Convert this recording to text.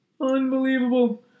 Unbelievable